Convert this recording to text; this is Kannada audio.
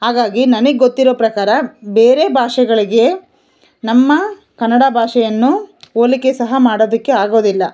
ಹಾಗಾಗಿ ನನಗ್ ಗೊತ್ತಿರೋ ಪ್ರಕಾರ ಬೇರೆ ಭಾಷೆಗಳಿಗೆ ನಮ್ಮ ಕನ್ನಡ ಭಾಷೆಯನ್ನು ಹೋಲಿಕೆ ಸಹ ಮಾಡೋದಕ್ಕೆ ಆಗೋದಿಲ್ಲ